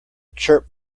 chirp